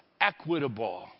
equitable